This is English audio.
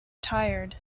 tired